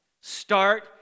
Start